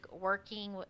working